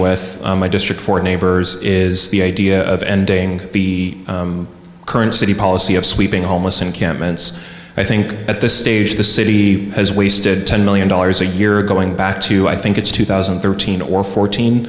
with my district for neighbors is the idea of ending the current city policy of sweeping homeless encampments i think at this stage the city has wasted ten million dollars a year going back to i think it's two thousand and thirteen or fourteen